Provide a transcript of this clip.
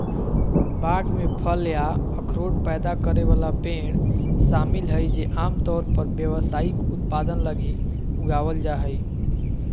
बाग में फल या अखरोट पैदा करे वाला पेड़ शामिल हइ जे आमतौर पर व्यावसायिक उत्पादन लगी उगावल जा हइ